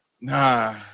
Nah